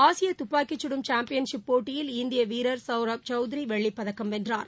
ஆசியதுப்பாக்கிச்சுடுதல் championship போட்டியில் இந்தியவீரர் சவ்ரப் சௌத்ரிவெள்ளிப்பதக்கம் வென்றார்